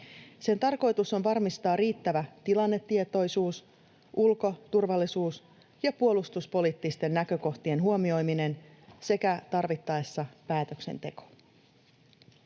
Sen tarkoitus on varmistaa riittävä tilannetietoisuus, ulko-, turvallisuus- ja puolustuspoliittisten näkökohtien huomioiminen sekä tarvittaessa päätöksenteko.